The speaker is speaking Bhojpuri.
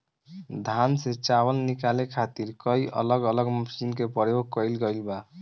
धान से चावल निकाले खातिर कई अलग अलग मशीन के प्रयोग कईल गईल बा